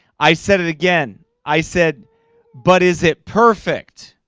i said it again. i said but is it perfect?